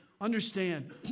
Understand